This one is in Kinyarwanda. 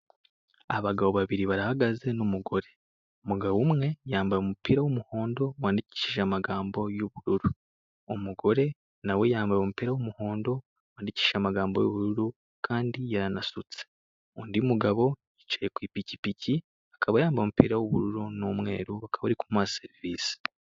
Abagabo babiri barahagaze n'umugore, umugabo umwe yambaye umupira w'umuhondo wandikishije amagambo y'ubururu, umugore nawe yambaye umupira w'umuhondo wandikishije amagambo y'ubururu kandi yanasutse. Undi mugabo nawe yicaye ku ipikipiki akaba yambaye umupira w'ubururu n'umweru bakaba bari kumuha serivisi.